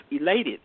elated